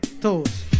toes